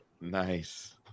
Nice